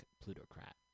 plutocrat